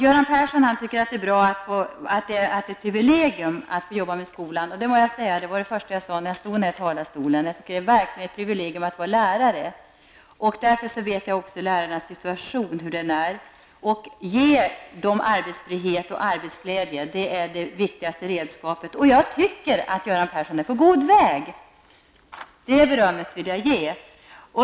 Göran Persson tycker att det är ett privilegium att få jobba med skolan. Ja, det första jag sade från den här talarstolen var att jag tycker det är ett verkligt privilegium att vara lärare. Därför vet jag också hur lärarnas situation är. Ge dem arbetsfrihet och arbetsglädje -- det är det viktigaste redskapet. Och jag tycker faktiskt att Göran Persson är på god väg -- det berömmet vill jag ge.